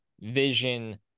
vision